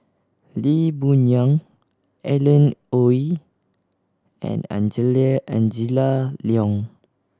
Lee Boon Yang Alan Oei and Angela Liong